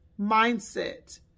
mindset